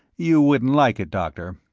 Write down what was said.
you wouldn't like it, doctor.